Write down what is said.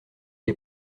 est